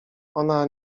ona